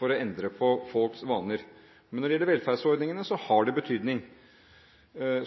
for å endre på folks vaner. Men når det gjelder velferdsordningene, har det betydning.